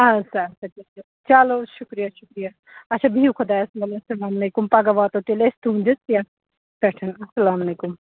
اَدٕسا اَدٕسا چلو شُکریہ شُکریہ اچھا بِہیُو خۄدایَس پگاہ واتو تیٚلہِ أسۍ تُہٕنٛدِس یَتھ پٮ۪ٹھ اَلسلامُ علیکُم